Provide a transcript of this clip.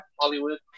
Hollywood